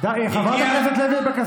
חברת הכנסת לוי אבקסיס.